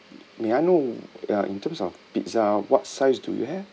may I know ya in terms of pizza what size do you have